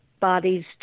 bodies